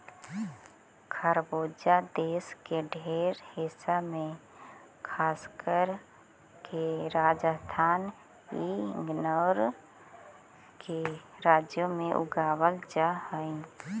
खरबूजा देश के ढेर हिस्सा में खासकर के राजस्थान इ सगरो के राज्यों में उगाबल जा हई